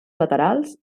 laterals